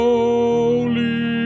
Holy